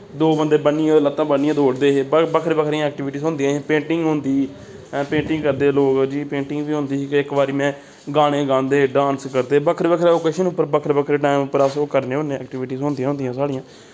दो बंदे बन्नियै ते लत्तां बन्नियै दौड़दे हे ब बक्खरी बक्खरियां एक्टिविटीज होंदियां हियां पेंटिंग होंदी ही पेंटिंग करदे हे लोक जी पेंटिंग बी होंदी ही इक बारी में गाने गांदे डांस करदे बक्खरे बक्खरे ओकेजन उप्पर बक्खरे बक्खरे टैम उप्पर अस ओह् करने होने एक्टिविटीज होंदियां होंदियां साढ़ियां